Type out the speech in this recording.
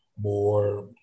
more